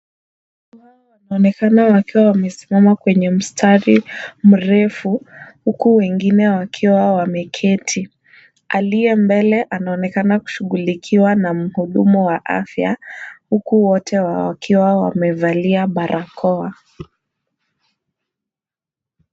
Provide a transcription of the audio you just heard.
Watu hawa wanaonekana wakiwa wamesimama kwenye mstari mrefu, huku wengine wakiwa wameketi. Aliye mbele anaonekana kushughulikiwa na muhudumu wa afya, huku wote wakiwa wamevalia barakoa.